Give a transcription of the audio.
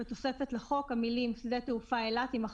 בתוספת לחוק, המילים "שדה תעופה אילת" יימחקו.